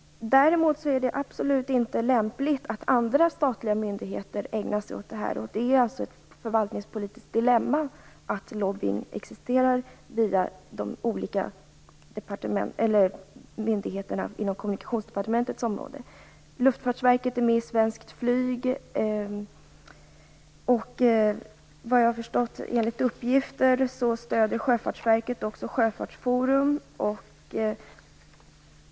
Däremot är det absolut inte lämpligt att andra statliga myndigheter ägnar sig åt detta. Att lobbying pågår via de olika myndigheterna inom Kommunikationsdepartementets område är ett förvaltningspolitiskt dilemma. Luftfartsverket är medlem i Svenskt Flyg, och enligt uppgifter stöder Sjöfartsverket Sjöfartsforum.